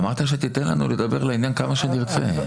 אמרת שתיתן לנו לדבר לעניין כמה שנרצה.